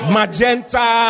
Magenta